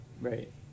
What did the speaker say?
Right